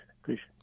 appreciate